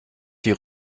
die